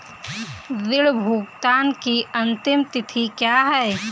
ऋण भुगतान की अंतिम तिथि क्या है?